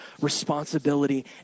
responsibility